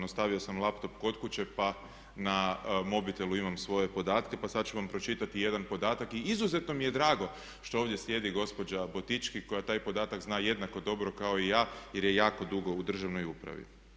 Ostavio sam laptop kod kuće, pa na mobitelu imam svoje podatke pa sad ću vam pročitati jedan podatak i izuzetno mi je drago što ovdje sjedi gospođa Botički koja taj podatak zna jednako dobro kao i ja jer je jako dugo u državnoj upravi.